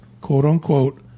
quote-unquote